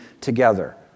together